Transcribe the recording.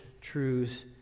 truths